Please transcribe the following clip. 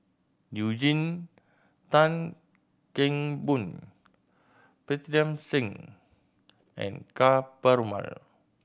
Eugene Tan Kheng Boon Pritam Singh and Ka Perumal